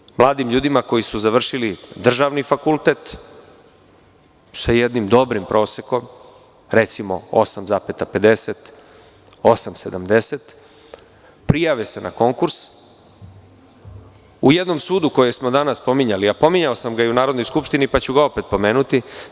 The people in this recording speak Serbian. Reč je o mladim ljudima koji su završili državni fakultet sa jednim dobrim prosekom, recimo 8,50 ili 8,70, koji se prijave na konkurs u jednom sudu koji smo danas spominjali, a pominjao sam ga i u Narodnoj skupštini, pa ću ga opet pomenuti.